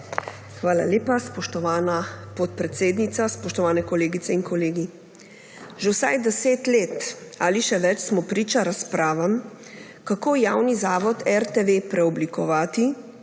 Hvala lepa, spoštovana podpredsednica. Spoštovani kolegice in kolegi! Že vsaj deset let ali še več smo priča razpravam, kako javni zavod RTV preoblikovati,